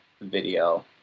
video